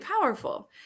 powerful